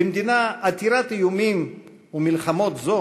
במדינה עתירת איומים ומלחמות זו,